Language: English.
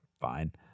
fine